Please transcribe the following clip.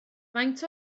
faint